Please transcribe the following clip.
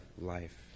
life